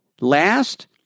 Last